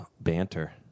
banter